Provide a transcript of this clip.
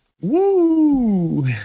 Woo